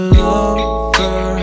lover